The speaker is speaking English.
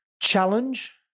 Challenge